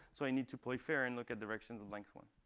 so i need to play fair and look at directions of length one.